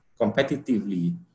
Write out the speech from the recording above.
competitively